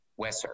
Wesser